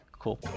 Cool